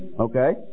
Okay